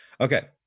Okay